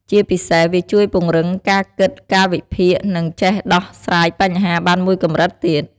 ជាពិសេស វាជួយពង្រឹងការគិត ការវិភាគ និងចេះដោះស្រាយបញ្ហាបានមួយកម្រិតទៀត។